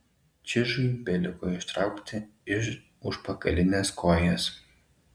čižui beliko ištraukti ir užpakalines kojas